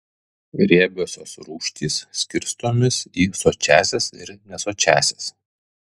riebiosios rūgštys skirstomis į sočiąsias ir nesočiąsias